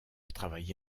travaillé